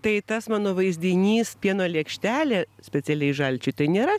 tai tas mano vaizdinys pieno lėkštelė specialiai žalčiui tai nėra